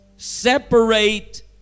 separate